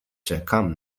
czekam